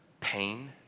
Pain